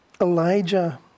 Elijah